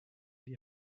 die